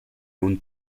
own